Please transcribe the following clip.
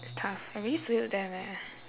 it's tough I really salute them eh